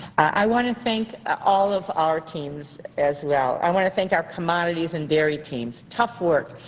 i want to thank all of our teams as well. i want to thank our commodities and dairy teams. tough work.